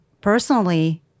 personally